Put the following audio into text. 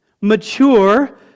mature